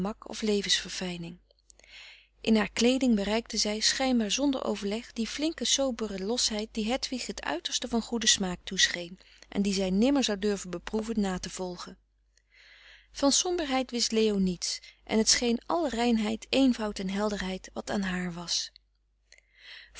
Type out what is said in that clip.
of levens verfijning in haar kleeding bereikte zij schijnbaar zonder overleg die flinke sobere losheid die hedwig het uiterste van goeden smaak toescheen en die zij nimmer zou durven beproeven na te volgen van somberheid wist leo niets en het scheen al reinheid eenvoud en helderheid wat aan haar was